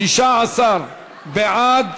16 בעד.